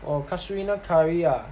orh casuarina curry ah